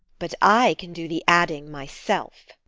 but i can do the adding myself.